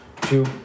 two